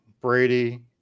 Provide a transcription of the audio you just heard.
Brady